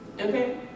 Okay